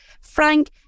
Frank